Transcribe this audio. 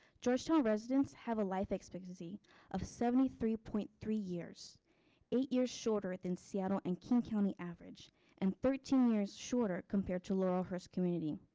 georgetown residents have a life expectancy of seventy three point three years eight years shorter than seattle and king county average and thirteen years shorter compared to laurelhurst community.